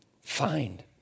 find